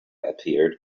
appeared